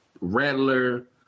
Rattler